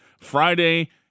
Friday